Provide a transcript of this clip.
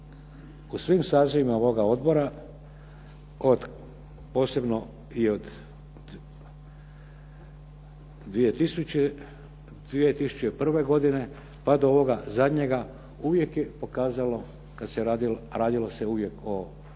u svim sazivima ovoga odbora, posebno i od 2001. godine pa do ovoga zadnjega uvijek je pokazalo kad se radilo, a radilo se uvijek o tajnim